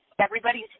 everybody's